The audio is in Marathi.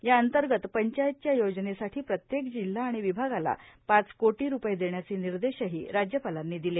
या अंतर्गत पंचायतच्या योजनेसाठी प्रत्येक जिलहा आणि विभागाला पाच कोटी रूपये देण्याचे निर्देषही राज्यपालांनी दिले